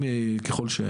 ככל שיהיו.